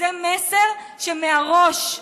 וזה מסר שמראש,